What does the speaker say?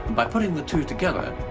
by putting the two together,